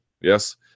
Yes